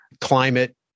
climate